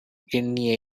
எண்ணிய